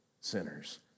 sinners